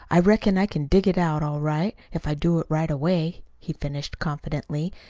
i reckon i can dig it out all right if i do it right away, he finished confidently.